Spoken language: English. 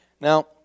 Now